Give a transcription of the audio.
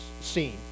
seen